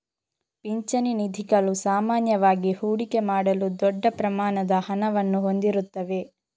ಪಿಂಚಣಿ ನಿಧಿಗಳು ಸಾಮಾನ್ಯವಾಗಿ ಹೂಡಿಕೆ ಮಾಡಲು ದೊಡ್ಡ ಪ್ರಮಾಣದ ಹಣವನ್ನು ಹೊಂದಿರುತ್ತವೆ